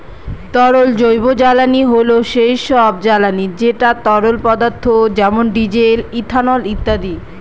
তরল জৈবজ্বালানী হল সেই সব জ্বালানি যেটা তরল পদার্থ যেমন ডিজেল, ইথানল ইত্যাদি